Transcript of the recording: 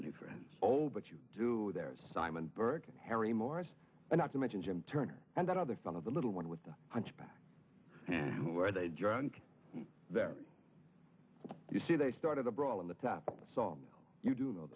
any friends old but you do there simon burke and harry morris and not to mention jim turner and that other fun of the little one with the hunchback where they drunk there you see they started a brawl in the top song you do know